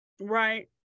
right